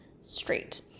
straight